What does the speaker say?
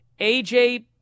AJ